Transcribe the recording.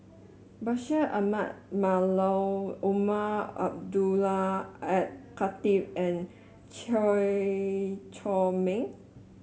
Bashir Ahmad Mallal Umar Abdullah Al Khatib and Chew Chor Meng